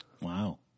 wow